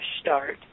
start